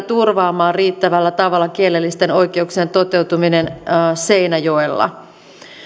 turvaamaan riittävällä tavalla kielellisten oikeuksien toteutuminen seinäjoella